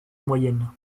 moyenne